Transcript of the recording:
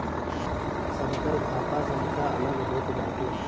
सबकर खाता संख्या अलग होत बाटे